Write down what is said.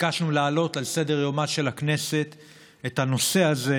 ביקשנו להעלות על סדר-יומה של הכנסת את הנושא הזה